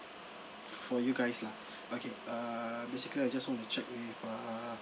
for you guys lah okay err basically I just want to check with err